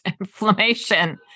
inflammation